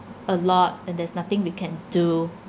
a lot and there's nothing we can do